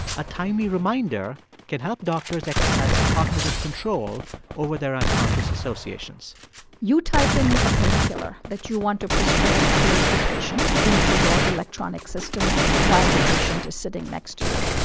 a timely reminder can help doctors exercise cognitive control over their unconscious associations you type in a painkiller that you want to prescribe to a patient into your electronic system while the patient is sitting next to you.